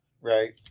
right